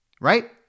right